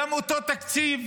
גם אותו תקציב